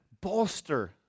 bolster